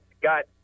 Got